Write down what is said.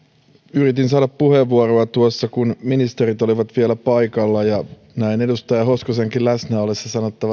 yritin saada puheenvuoroa tuossa kun ministerit olivat vielä paikalla ja on näin edustaja hoskosenkin läsnä ollessa sanottava se